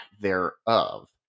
thereof